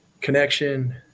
connection